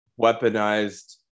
Weaponized